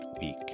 week